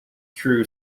crew